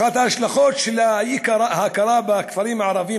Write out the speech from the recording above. אחת ההשלכות של אי־הכרה בכפרים הערביים